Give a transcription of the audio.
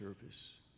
service